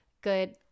good